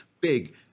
Big